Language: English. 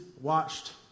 watched